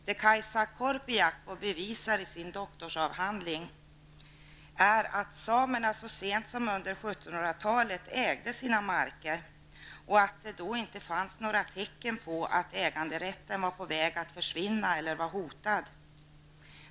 Det Kaisa Korpijaako bevisar i sin doktorsavhandling är att samerna så sent som under 1700-talet ägde sina marker och att det då inte fanns några tecken på att äganderätten var på väg att försvinna eller var hotad.